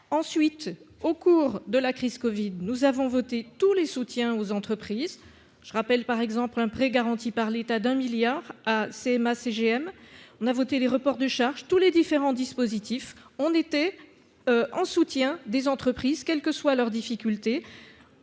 ensuite au cours de la crise Covid nous avons voté tous les soutiens aux entreprises, je rappelle, par exemple, un prêt garanti par l'état d'un milliard à CMA-CGM on a voté les reports de charge tous les différents dispositifs, on était en soutien des entreprises quelles que soient leurs difficultés,